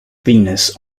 venus